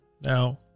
Now